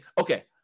okay